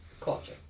culture